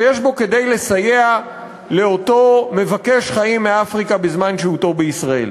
כלשהו שיש בו כדי לסייע לאותו מבקש חיים מאפריקה בזמן שהותו בישראל.